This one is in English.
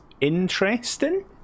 interesting